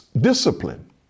discipline